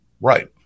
Right